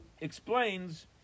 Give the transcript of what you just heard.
explains